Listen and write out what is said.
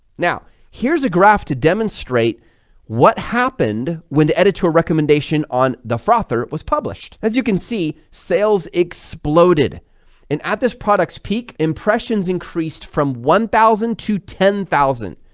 now here's a graph to demonstrate what happened when the editorial recommendation on the frother was published. as you can see, sales exploded and at this product's peak impressions increased from one thousand ten thousand.